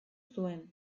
zuen